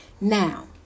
Now